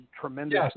tremendous